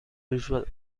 visual